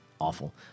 awful